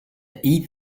eat